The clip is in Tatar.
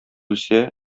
үсә